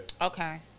Okay